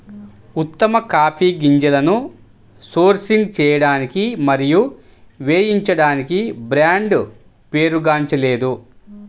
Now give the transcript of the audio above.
ఉత్తమ కాఫీ గింజలను సోర్సింగ్ చేయడానికి మరియు వేయించడానికి బ్రాండ్ పేరుగాంచలేదు